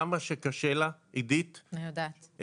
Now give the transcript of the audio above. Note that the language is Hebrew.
כמה שקשה לה -- אני יודעת.